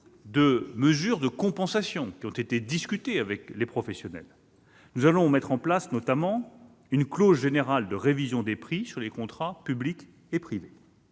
de mesures de compensation qui ont été discutées avec les professionnels. Ainsi, nous mettrons en place une clause générale de révision des prix sur les contrats publics et privés